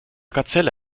gazelle